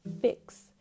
fix